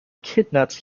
kidnaps